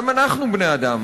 גם אנחנו בני-אדם.